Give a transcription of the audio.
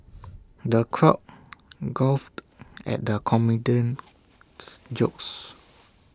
the crowd guffawed at the comedian's jokes